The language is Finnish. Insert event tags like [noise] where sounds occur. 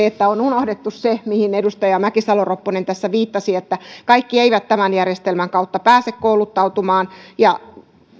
[unintelligible] että on unohdettu se mihin edustaja mäkisalo ropponen tässä viittasi että kaikki eivät tämän järjestelmän kautta pääse kouluttautumaan ja